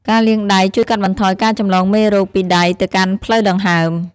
ការលាងដៃជួយកាត់បន្ថយការចម្លងមេរោគពីដៃទៅកាន់ផ្លូវដង្ហើម។